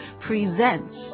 presents